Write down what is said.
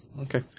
Okay